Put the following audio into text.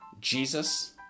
Jesus